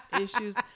issues